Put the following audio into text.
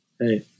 Hey